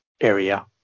area